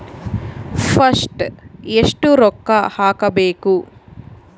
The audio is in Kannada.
ಫಸ್ಟ್ ಎಷ್ಟು ರೊಕ್ಕ ಹಾಕಬೇಕು?